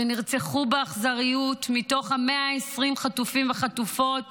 שנרצחו באכזריות, מתוך 120 החטופים והחטופות